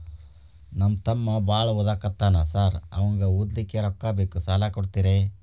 ನಮ್ಮ ತಮ್ಮ ಬಾಳ ಓದಾಕತ್ತನ ಸಾರ್ ಅವಂಗ ಓದ್ಲಿಕ್ಕೆ ರೊಕ್ಕ ಬೇಕು ಸಾಲ ಕೊಡ್ತೇರಿ?